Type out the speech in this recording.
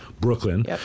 Brooklyn